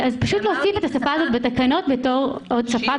-- פשוט להוסיף את השפה הזאת בתקנות בתור עוד שפה.